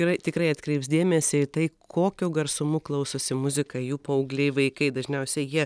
yra tikrai atkreips dėmesį į tai kokiu garsumu klausosi muziką jų paaugliai vaikai dažniausiai jie